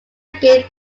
gain